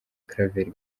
claver